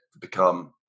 become